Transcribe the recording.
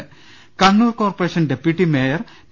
് Kannur corporation deputy mayor P